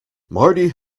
marty